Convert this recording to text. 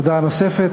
הודעה נוספת.